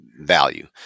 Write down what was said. value